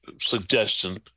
suggestion